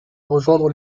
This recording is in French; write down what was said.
rejoindre